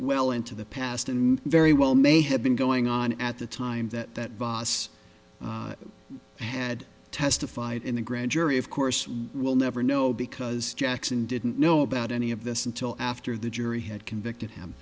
well into the past and very well may have been going on at the time that that boss had testified in the grand jury of course we will never know because jackson didn't know about any of this until after the jury had convicted him